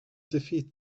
defeat